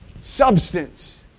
Substance